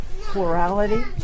plurality